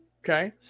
Okay